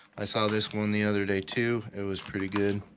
i saw this one the other day too it was pretty good.